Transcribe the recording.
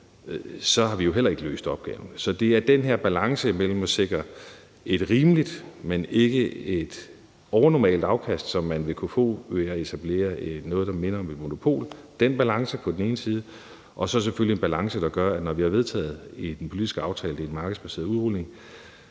så har vi jo heller ikke løst opgaven. Så der er den her balance mellem på den ene side at sikre et rimeligt, men ikke et overnormalt afkast, som man vil kunne få ved at etablere noget, der minder om et monopol, og så selvfølgelig på den anden side en balance, der handler om, at når vi har vedtaget en markedsbaseret udrulning